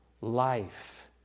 life